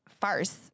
farce